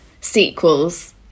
sequels